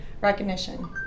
recognition